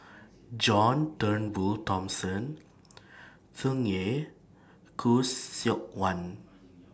John Turnbull Thomson Tsung Yeh Khoo Seok Wan